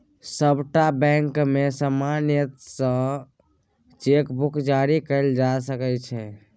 सभटा बैंकमे समान नियम सँ चेक बुक जारी कएल जा सकैत छै